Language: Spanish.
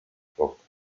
poco